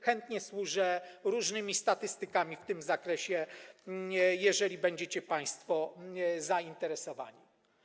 Chętnie służę różnymi statystykami w tym zakresie, jeżeli będziecie państwo zainteresowani.